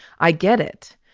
i get it.